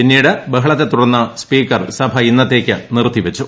പിന്നീട് ബഹളത്തെ തുടർന്ന് സ്പീക്കർ സഭ ഇന്നത്തേക്ക് നിറുത്തി വച്ചു